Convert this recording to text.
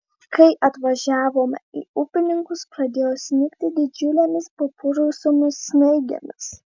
kai atvažiavome į upninkus pradėjo snigti didžiulėmis papurusiomis snaigėmis